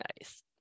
nice